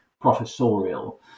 professorial